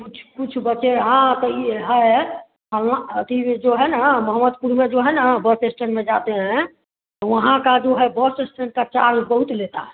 कुछ कुछ बचे हाँ तो यह है आ उआँ अथि वह जो है ना मोहम्मदपुर में जो है ना बस स्टैंड में जाते हैं वहाँ का जो है बस इस्टेंड का चार्ज बहुत लेता है